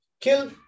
kill